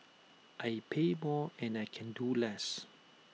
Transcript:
I pay more and I can do less